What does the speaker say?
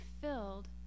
filled